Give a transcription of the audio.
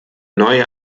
neue